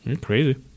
Crazy